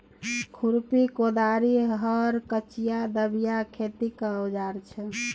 खुरपी, कोदारि, हर, कचिआ, दबिया खेतीक औजार छै